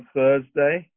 Thursday